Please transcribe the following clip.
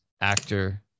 actor